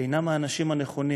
אינם האנשים הנכונים.